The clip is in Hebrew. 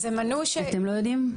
אתם לא יודעים?